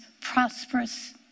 prosperous